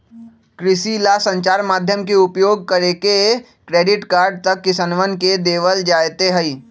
कृषि ला संचार माध्यम के उपयोग करके क्रेडिट कार्ड तक किसनवन के देवल जयते हई